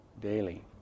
daily